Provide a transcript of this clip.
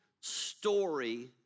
story